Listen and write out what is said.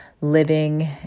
living